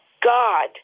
God